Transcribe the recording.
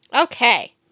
Okay